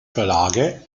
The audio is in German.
verlage